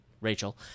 Rachel